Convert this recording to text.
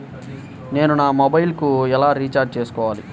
నేను నా మొబైల్కు ఎలా రీఛార్జ్ చేసుకోవాలి?